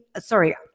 sorry